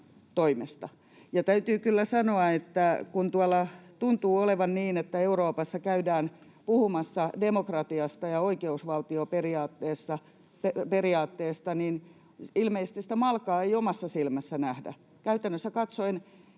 Ja täytyy kyllä sanoa, että kun tuntuu olevan niin, että Euroopassa käydään puhumassa demokratiasta ja oikeusvaltioperiaatteesta, niin ilmeisesti sitä malkaa ei omassa silmässä nähdä. Käytännössä katsoen